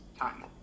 time